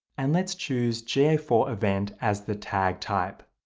and let's choose g a four event as the tag type.